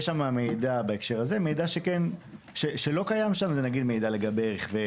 המידע שלא קיים שם זה למשל מידע לגבי רכבי